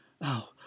Oh